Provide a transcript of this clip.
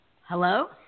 Hello